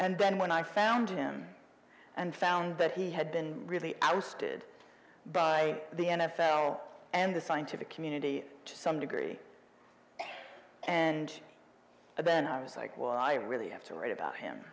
and then when i found him and found that he had been really ousted by the n f l and the scientific community to some degree and then i was like well i really have to write about him